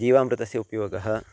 जीवामृतस्य उपयोगः